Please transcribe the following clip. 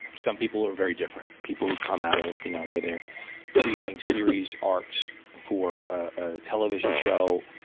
some people are very different. people who come out of you know where they're creating series arcs for a television show,